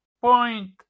point